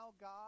God